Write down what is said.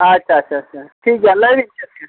ᱟᱪᱪᱷᱟ ᱟᱪᱪᱷᱟ ᱴᱷᱤᱠ ᱜᱮᱭᱟ ᱞᱟᱹᱭ ᱵᱤᱱ ᱪᱮᱫ ᱠᱟᱱᱟ